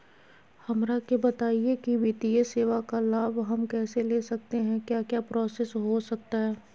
हमरा के बताइए की वित्तीय सेवा का लाभ हम कैसे ले सकते हैं क्या क्या प्रोसेस हो सकता है?